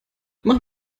mach